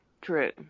True